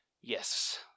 Yes